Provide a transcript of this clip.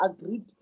agreed